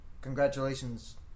congratulations